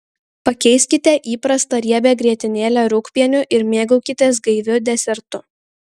pakeiskite įprastą riebią grietinėlę rūgpieniu ir mėgaukitės gaiviu desertu